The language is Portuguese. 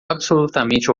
absolutamente